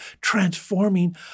transforming